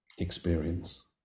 experience